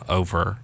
over